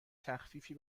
تخفیفی